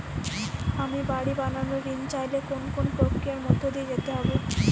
আমি বাড়ি বানানোর ঋণ চাইলে কোন কোন প্রক্রিয়ার মধ্যে দিয়ে যেতে হবে?